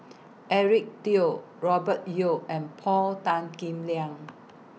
Eric Teo Robert Yeo and Paul Tan Kim Liang